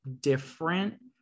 different